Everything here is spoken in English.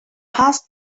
passed